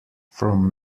from